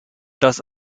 dass